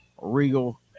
Regal